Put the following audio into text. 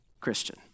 christian